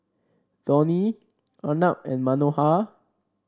Dhoni Arnab and Manohar